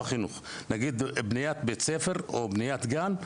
נגיד בניית בית ספר או בניית גן,